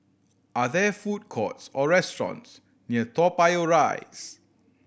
are there food courts or restaurants near Toa Payoh Rise